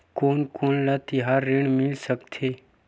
कोन कोन ले तिहार ऋण मिल सकथे?